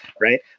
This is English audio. right